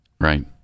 Right